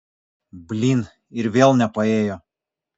blyn ir vėl nepaėjo